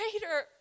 greater